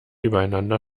übereinander